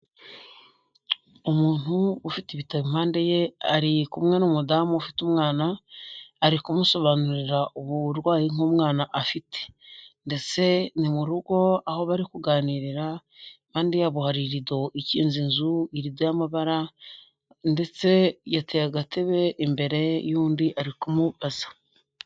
Umuntu ufite ibitano impande ye ari kumwe n'umudamu ufite umwana ari kumusobanurira uburwayi nk'umwana afite ndetse ni mu rugo aho bari kuganirira kandi impande yabo hari rido ikinze inzu y'amabara ndetse yateye agatebe imbere ye yundi ari kumubaza.